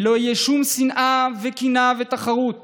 ולא יהיה שום שנאה וקנאה ותחרות